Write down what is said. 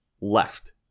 left